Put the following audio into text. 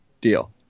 deal